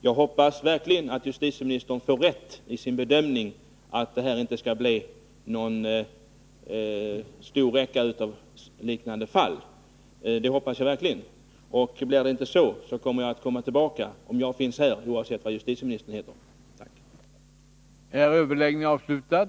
Jag hoppas verkligen att justitieministern får rätt i sin bedömning, att det inte blir någon lång räcka av liknande fall. Annars kommer jag — om jag finns här — tillbaka i ärendet, oavsett vad justitieministern då heter.